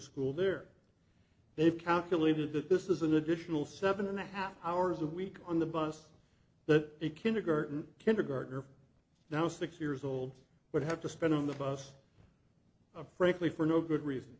school there they'd count completed that this is an additional seven and a half hours a week on the bus that a kindergarten kindergartner now six years old would have to spend on the bus frankly for no good reason